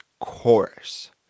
chorus